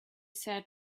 said